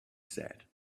said